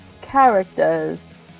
characters